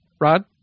Rod